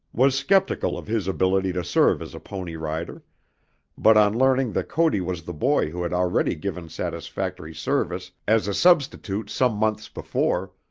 was skeptical of his ability to serve as a pony rider but on learning that cody was the boy who had already given satisfactory service as a substitute some months before,